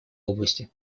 области